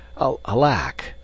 alack